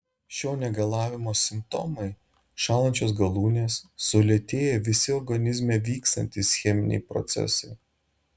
šio negalavimo simptomai šąlančios galūnės sulėtėję visi organizme vykstantys cheminiai procesai